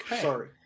Sorry